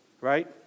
right